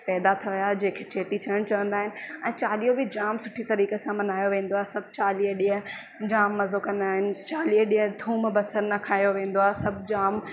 पैदा थिया हुया जंहिंखे चेटी चंड चवंदा आहिनि ऐं चालीहो बि जाम सुठी तरीक़े सां मल्हायो वेंदो आहे सभु चालीह ॾींहं जाम मज़ो कंदा आहिनि चालीह ॾींहं थूम बसर न खायो वेंदो आहे सभु जाम